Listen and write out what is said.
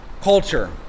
culture